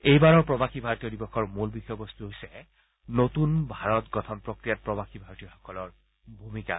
এইবাৰৰ প্ৰৱাসী ভাৰতীয় দিৱসৰ মূল বিষয়বস্ত হৈছে নতুন ভাৰত গঠন প্ৰক্ৰিয়াত প্ৰৱাসী ভাৰতীয়সকলৰ ভূমিকা